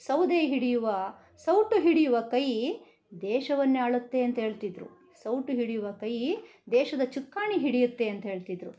ಸೌದೆ ಹಿಡಿಯುವ ಸೌಟು ಹಿಡಿಯುವ ಕೈ ದೇಶವನ್ನೇ ಆಳುತ್ತೆ ಅಂಥೇಳ್ತಿದ್ರು ಸೌಟು ಹಿಡಿಯುವ ಕೈ ದೇಶದ ಚುಕ್ಕಾಣಿ ಹಿಡಿಯುತ್ತೆ ಅಂತ ಹೇಳ್ತಿದ್ರು